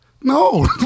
no